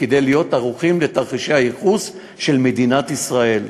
כדי להיות ערוכים לתרחישי הייחוס של מדינת ישראל,